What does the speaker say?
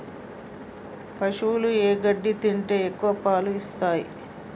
పశువులు ఏ గడ్డి తింటే ఎక్కువ పాలు ఇస్తాయి?